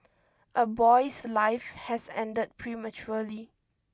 a boy's life has ended prematurely